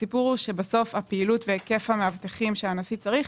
הסיפור הוא שהפעילות והיקף המאבטחים שהנשיא צריך,